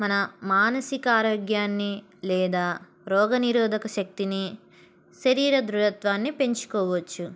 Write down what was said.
మన మానసిక ఆరోగ్యాన్ని లేదా రోగనిరోధక శక్తిని శరీర దృఢత్వాన్ని పెంచుకోవచ్చు